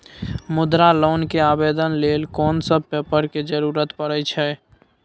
मुद्रा लोन के आवेदन लेल कोन सब पेपर के जरूरत परै छै?